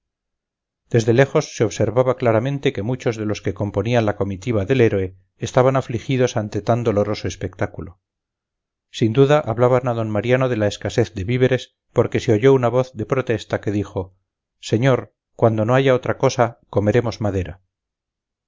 desde lejos se observaba claramente que muchos de los que componían la comitiva del héroe estaban afligidos ante tan doloroso espectáculo sin duda hablaban a d mariano de la escasez de víveres porque se oyó una voz de protesta que dijo señor cuando no haya otra cosa comeremos madera